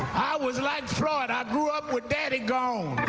was like floyd. i grew up with daddy gone,